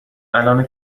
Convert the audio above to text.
الانه